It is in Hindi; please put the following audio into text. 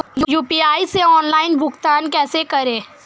यू.पी.आई से ऑनलाइन भुगतान कैसे करें?